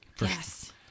Yes